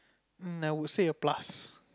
um I would say a plus